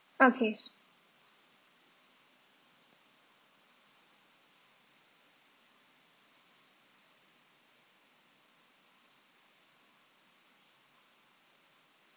okay